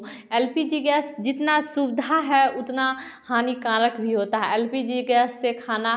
L P G gas जितना सुविधा है उतना हानिकारक भी होता है एल पी जी गैस से खाना